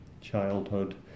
childhood